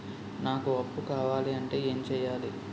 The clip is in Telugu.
నాకు అప్పు కావాలి అంటే ఎం చేయాలి?